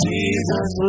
Jesus